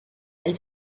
elle